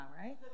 right